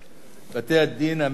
בתי-הדין המינהליים עכשיו.